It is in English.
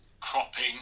cropping